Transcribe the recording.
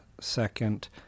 second